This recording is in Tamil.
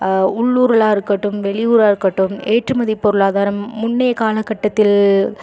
உள்ளூரெலாம் இருக்கட்டும் வெளியூராக இருக்கட்டும் ஏற்றுமதி பொருளாதாரம் முன்னைய காலகட்டத்தில்